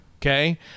Okay